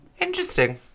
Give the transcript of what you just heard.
Interesting